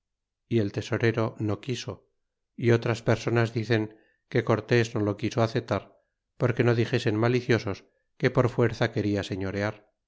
y el tesorero no quiso ó otras personas dicen que cortes no lo quiso acetar porque no dixesen maliciosos que por fuerza queda señorear